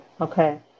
okay